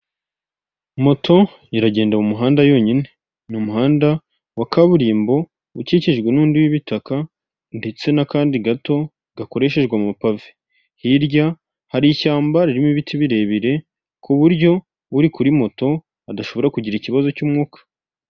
Moto iragenda mu muhanda yonyine, ni umuhanda wa kaburimbo ukikijwe n'undi w'ibitaka, ndetse n'akandi gato gakoreshejwe amapave, hirya hari ishyamba ririmo ibiti birebire ku buryo uri kuri moto adashobora kugira ikibazo cy'umwuka.